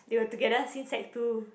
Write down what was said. they were together since sec-two